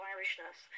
Irishness